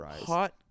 hot